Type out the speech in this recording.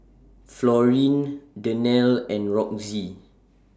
Florine Danelle and Roxie